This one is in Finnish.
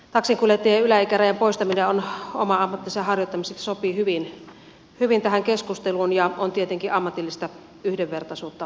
taksinkuljettajien yläikärajan poistaminen oman ammattinsa harjoittamiseksi sopii hyvin tähän keskusteluun ja on tietenkin ammatillista yhdenvertaisuutta parantava esitys